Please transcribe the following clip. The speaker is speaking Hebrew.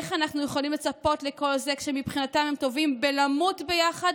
איך אנחנו יכולים לצפות לכל זה שמבחינתם הם טובים בלמות ביחד,